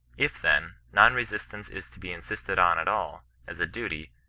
if, then, non-resist ance is to be insisted on at all, as a duty,